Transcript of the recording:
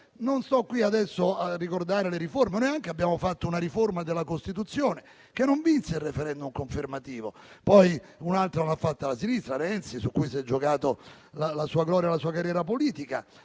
Non sto qui adesso a ricordare le riforme. Anche noi abbiamo approvato una riforma della Costituzione che non vinse il *referendum* confermativo. Un'altra l'ha approvata la sinistra, sulla quale Renzi si è giocato la sua gloria e la sua carriera politica.